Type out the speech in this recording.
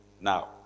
now